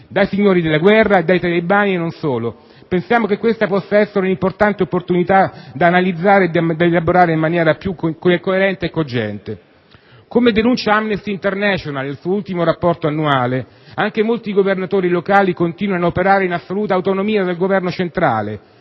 dai signori della guerra, dai talebani e non solo. Pensiamo che questa possa essere una importante opportunità da analizzare e da elaborare in maniera più coerente e cogente. Come denuncia Amnesty International nel suo ultimo rapporto annuale, anche molti governatori locali continuano ad operare in assoluta autonomia dal Governo centrale